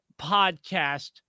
podcast